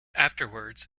afterwards